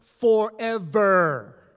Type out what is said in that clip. forever